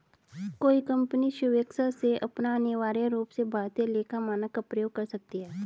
कोई कंपनी स्वेक्षा से अथवा अनिवार्य रूप से भारतीय लेखा मानक का प्रयोग कर सकती है